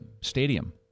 stadium